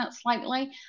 slightly